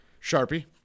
Sharpie